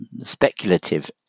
speculative